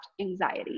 anxiety